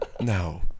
No